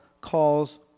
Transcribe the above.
calls